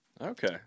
okay